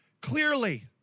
clearly